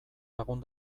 lagun